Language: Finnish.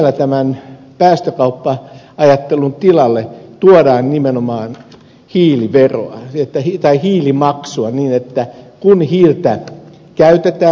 siellä päästökauppa ajattelun tilalle tuodaan nimenomaan hiilimaksua niin että kun hiiltä käytetään